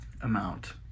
amount